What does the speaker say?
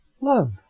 Love